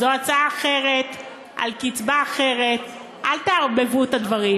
זו הצעה אחרת, על קצבה אחרת, אל תערבבו את הדברים.